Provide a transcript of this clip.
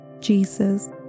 Jesus